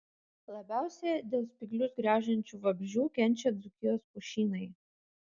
labiausiai dėl spyglius graužiančių vabzdžių kenčia dzūkijos pušynai